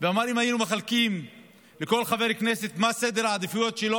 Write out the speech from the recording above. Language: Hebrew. ואמר שאם היו מחלקים לכל חבר כנסת מה סדר העדיפויות שלו,